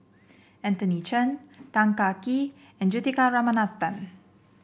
Anthony Chen Tan Kah Kee and Juthika Ramanathan